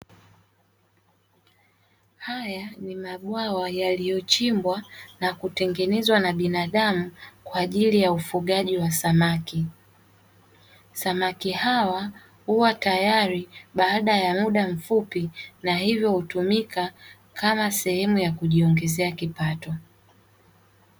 Haya ni mabwawa yaliyochimbwa na kutengenezwa na binadamu kwa ajili ya ufugaji wa samaki, samaki hawa huwa tayari baada ya muda mfupi na hivyo hutumika kama sehemu ya kujiongezea kipato.